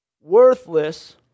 Worthless